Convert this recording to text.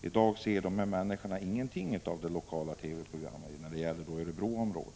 I dag ser de här människorna ingenting av de lokala TV-programmen för Örebroområdet.